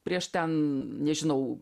prieš ten nežinau